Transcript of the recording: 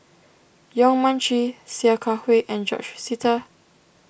Yong Mun Chee Sia Kah Hui and George Sita